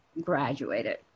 graduated